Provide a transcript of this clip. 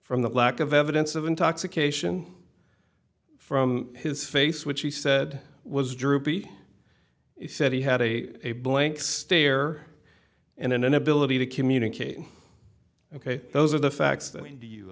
from the lack of evidence of intoxication from his face which he said was droopy he said he had a blank stare and an inability to communicate ok those are the facts and you